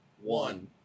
one